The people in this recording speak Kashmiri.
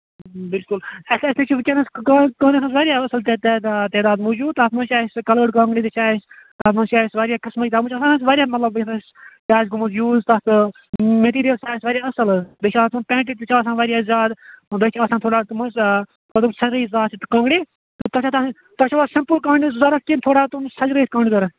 بِلکُل اَسہِ اَسے چھُ ؤنکٮ۪نَس دُکانَس دُکانس منٛز واریاہ اَصٕل تعداد تعداد موٗجوٗد تَتھ منٛز چھِ اَسہِ کَلٲرڈ کانٛگرِ تہِ چھِ اَسہِ تَتھ منٛز چھِ اَسہِ واریاہ قٔسمٕکۍ تَتھ منٛز چھِ آسان اَسہِ واریاہ مطلب کیٛاہ آسہِ گوٚمُت یوٗز تَتھ آ مِٹیٖرِیَل سُہ آسہِ تَتھ اَصٕل حظ بیٚیہِ چھُ آسان پیکٮ۪ٹ تہِ چھُ آسان واریاہ زیادٕ بیٚیہِ چھُ آسان تھوڑا تِم حظ آ تِم حظ سجٲوِتھ کانٛگرِ تۄہہِ چھوا تَمہِ سٍتۍ تۅہہِ چھُوا سِمپٔل کانٛگرِ ضروٗرت کِنہٕ تھوڑا تِم سَجٲوِتھ کانٛگرِ ضروٗرت